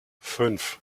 fünf